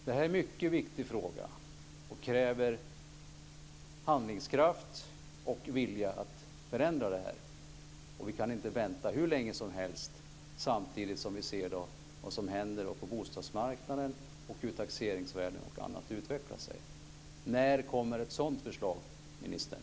Det här är en mycket viktig fråga som kräver handlingskraft och vilja att förändra, och vi kan inte vänta hur länge som helst samtidigt som vi ser vad som händer på bostadsmarknaden och hur taxeringsvärden och annat utvecklar sig. När kommer ett sådant förslag, ministern?